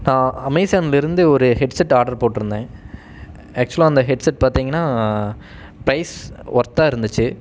நான் அமேசான்ல இருந்து ஒரு ஹெட்செட் ஆட்ரு போட்டிருந்தேன் அக்சுவலாக அந்த ஹெட்செட் பார்த்திங்கன்னா பிரைஸ் ஒர்த்தாக இருந்துச்சு